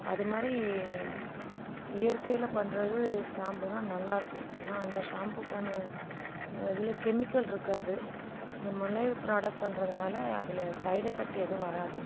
அதுமாதிரி இயற்கையில் பண்ணுறது ஸ்டாம்புதான் நல்லா இருக்கும் ஏனால் அந்த ஷாம்புக்கான இதில் கெமிக்கல் இருக்காது நம்பளே ப்ராடக்ட் பண்றதுனால் அதில் ஸைட்எஃபக்ட் ஏதும் வராது